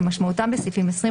כמשמעותם בסעיפים 24,